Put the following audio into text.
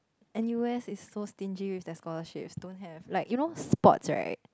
N_U_S is so stingy with their scholarships don't have like you know sports right